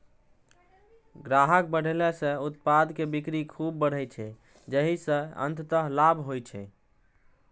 ग्राहक बढ़ेला सं उत्पाद के बिक्री खूब बढ़ै छै, जाहि सं अंततः लाभ होइ छै